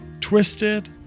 twisted